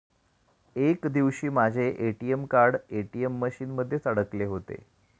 एक दिवशी माझे ए.टी.एम कार्ड ए.टी.एम मशीन मध्येच अडकले होते